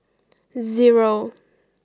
zero